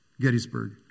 Gettysburg